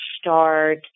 start